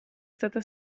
stata